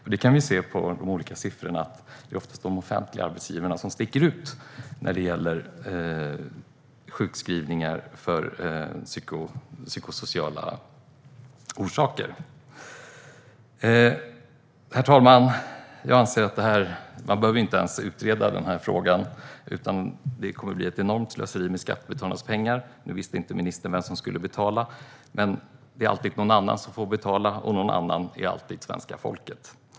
Vi kan se i de olika siffrorna att det oftast är de offentliga arbetsgivarna som sticker ut när det gäller sjukskrivningar med psykosociala orsaker. Herr talman! Jag anser att man inte ens behöver utreda den här frågan. Det kommer att bli ett enormt slöseri med skattebetalarnas pengar. Nu visste ministern inte vem som skulle betala, men det är alltid någon annan som får betala - och "någon annan" är alltid svenska folket.